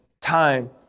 Time